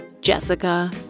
Jessica